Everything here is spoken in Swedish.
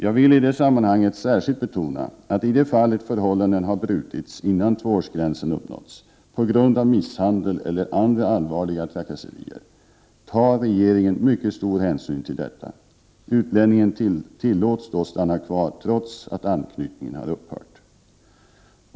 Jag vill i det sammanhanget särskilt betona att i de fall ett förhållande har brutits — innan tvåårsgränsen uppnåtts — på grund av misshandel eller andra allvarliga trakasserier, tar regeringen mycket stor hänsyn till detta. Utlänningen tillåts då stanna kvar trots att anknytningen har upphört.